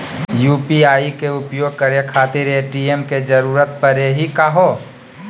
UPI के उपयोग करे खातीर ए.टी.एम के जरुरत परेही का हो?